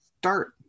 start